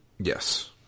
Yes